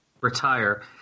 retire